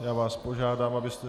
Já vás požádám, abyste...